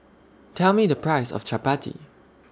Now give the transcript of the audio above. Tell Me The Price of Chappati